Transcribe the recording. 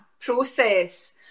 process